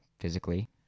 physically